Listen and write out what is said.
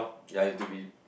ya you have to be